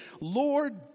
Lord